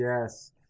yes